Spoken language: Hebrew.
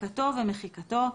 החזקתו ומחיקתו,